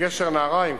בגשר נהריים,